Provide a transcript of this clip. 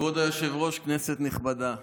כבוד היושב-ראש, כנסת נכבדה,